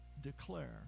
declare